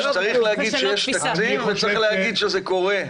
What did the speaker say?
צריך להגיד שיש תקדים וצריך להגיד שזה קורה.